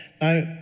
Now